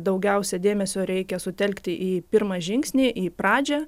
daugiausia dėmesio reikia sutelkti į pirmą žingsnį į pradžią